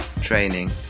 training